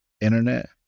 internet